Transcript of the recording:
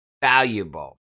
valuable